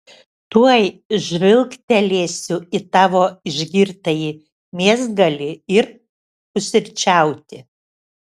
tuoj žvilgtelėsiu į tavo išgirtąjį mėsgalį ir pusryčiauti